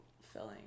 filling